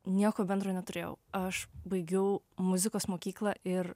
nieko bendro neturėjau aš baigiau muzikos mokyklą ir